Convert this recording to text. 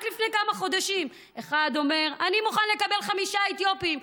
רק לפני כמה חודשים אחד אומר: אני מוכן לקבל חמישה אתיופים,